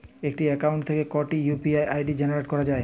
একটি অ্যাকাউন্ট থেকে কটি ইউ.পি.আই জেনারেট করা যায়?